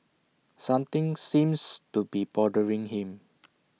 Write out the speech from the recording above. something seems to be bothering him